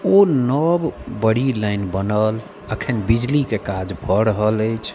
ओ नब बड़ी लाइन बनल अखन बिजलीके काज भऽ रहल अछि